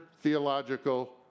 theological